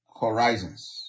horizons